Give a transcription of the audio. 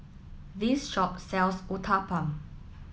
this shop sells Uthapam